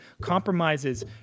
compromises